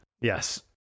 yes